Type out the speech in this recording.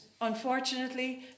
unfortunately